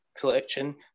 collection